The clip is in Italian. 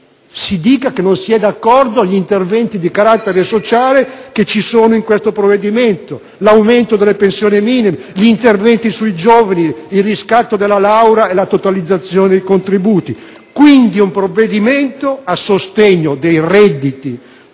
Si dica che non si è d'accordo con gli interventi di carattere sociale contenuti in questo provvedimento: l'aumento delle pensioni minime, gli interventi sui giovani, il riscatto della laurea e la totalizzazione dei contributi. Si tratta pertanto di un provvedimento a sostegno dei redditi